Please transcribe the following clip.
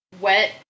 wet